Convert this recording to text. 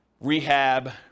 rehab